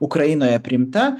ukrainoje priimta